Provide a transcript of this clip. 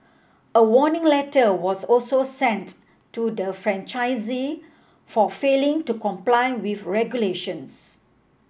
a warning letter was also sent to the franchisee for failing to comply with regulations